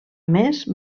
més